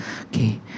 Okay